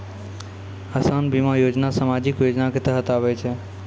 असान बीमा योजना समाजिक योजना के तहत आवै छै